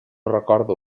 recordo